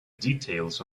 details